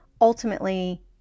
ultimately